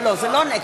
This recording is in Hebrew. לא, לא, זה לא נגד.